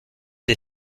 des